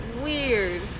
weird